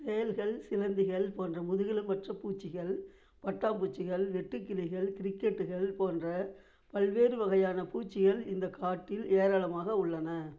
தேள்கள் சிலந்திகள் போன்ற முதுகெலும்பற்ற பூச்சிகள் பட்டாம்பூச்சிகள் வெட்டுக்கிளிகள் கிரிக்கெட்டுகள் போன்ற பல்வேறு வகையான பூச்சிகள் இந்த காட்டில் ஏராளமாக உள்ளன